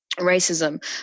racism